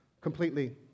completely